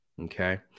okay